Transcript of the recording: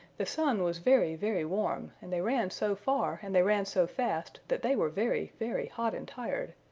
the sun was very, very warm and they ran so far and they ran so fast that they were very, very hot and tired,